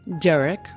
Derek